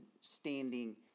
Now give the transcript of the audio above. standing